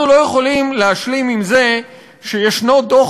אנחנו לא יכולים להשלים עם זה שיש דוח